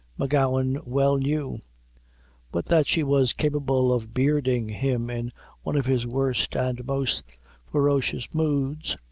m'gowan well knew but that she was capable of bearding him in one of his worst and most ferocious moods,